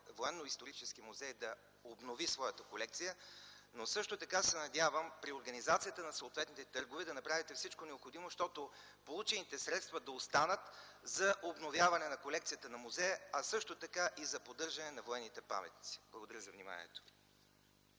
да обнови своята колекция, но също така се надявам при организацията на съответните търгове да направите всичко необходимо, получените средства да останат за обновяване на колекцията на музея, а също така и за поддържане на военните паметници. Благодаря за вниманието.